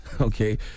Okay